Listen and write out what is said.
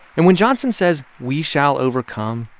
and when johnson says, we shall overcome,